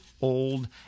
old